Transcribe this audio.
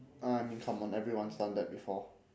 oh I mean come on everyone's done that before